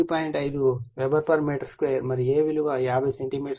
5 weber metre 2 మరియు A విలువ 50 centimetre 2